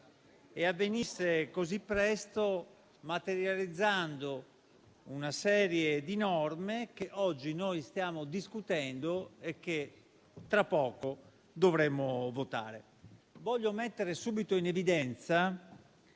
avvenisse così presto e materializzando una serie di norme che oggi stiamo discutendo e che tra poco dovremo votare. Voglio mettere subito in evidenza